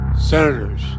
Senators